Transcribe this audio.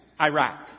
Iraq